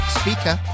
speaker